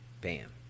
bam